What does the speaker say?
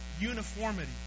uniformity